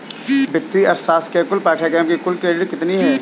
वित्तीय अर्थशास्त्र के पाठ्यक्रम की कुल क्रेडिट कितनी है?